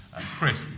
Chris